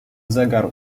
zegar